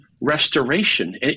restoration